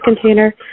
container